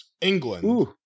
England